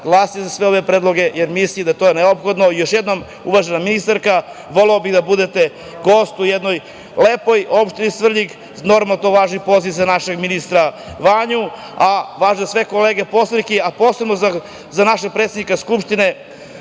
glasati za sve ove predloge, jer mislim da je to neophodno. Još jednom, uvažena ministarka, voleo bih da budete gost u jednoj lepoj opštini Svrljig. Normalno, poziv važi i za našeg ministra Vanju, a važi i za sve kolege poslanike, a posebno za našeg predsednika Skupštine